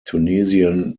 tunisian